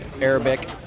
Arabic